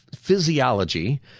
physiology